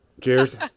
Cheers